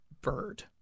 bird